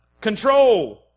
Control